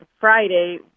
Friday